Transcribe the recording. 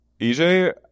EJ